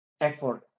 effort